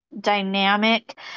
dynamic